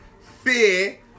fear